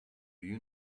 you